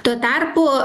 tuo tarpu